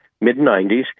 mid-90s